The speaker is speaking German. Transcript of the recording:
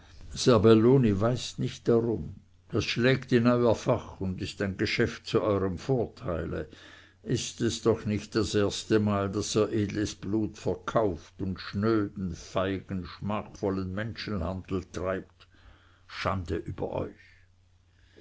weiß nicht darum das schlägt in euer fach und ist ein geschäft zu eurem vorteile ist es doch nicht das erste mal daß ihr edles blut verkauft und schnöden feigen schmachvollen menschenhandel treibt schande über euch